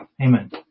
Amen